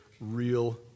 real